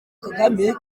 kagame